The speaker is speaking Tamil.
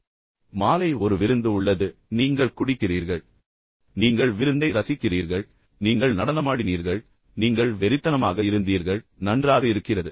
சரி எனவே மாலை ஒரு விருந்து உள்ளது நீங்கள் குடிக்கிறீர்கள் பின்னர் நீங்கள் விருந்தை ரசிக்கிறீர்கள் எனவே நீங்கள் நடனமாடினீர்கள் பின்னர் நீங்கள் வெறித்தனமாக இருந்தீர்கள் நன்றாக இருக்கிறது